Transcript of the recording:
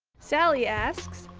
sally asks,